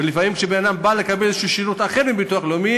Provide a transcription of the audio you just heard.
ולפעמים כשבן-אדם בא לקבל שירות אחר מהמוסד לביטוח לאומי